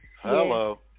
Hello